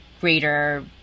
greater